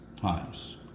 times